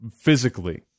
physically